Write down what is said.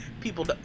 people